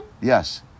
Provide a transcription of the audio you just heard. Yes